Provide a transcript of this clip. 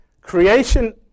Creation